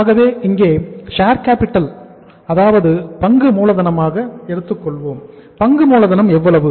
ஆகவே இங்கே share capital அதாவது பங்கு மூலதனமாக எடுத்துக்கொள்வோம் பங்கு மூலதனம் எவ்வளவு